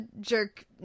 jerk